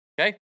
okay